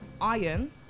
iron